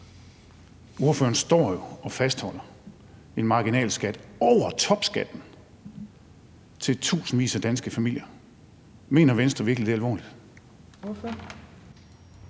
ordføreren står jo og fastholder en marginalskat over topskatten til tusindvis af danske familier. Mener Venstre det virkelig alvorligt?